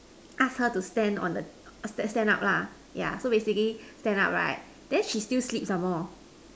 ask her to stand on the stand up lah ya so basically stand up right then she still sleep some more